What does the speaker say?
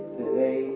today